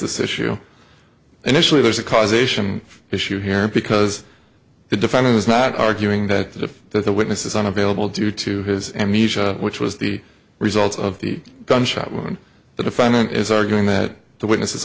this issue initially there's a causation issue here because the defendant was not arguing that the witnesses unavailable due to his amnesia which was the result of the gunshot wound the defendant is arguing that the witnesses